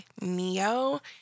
Neo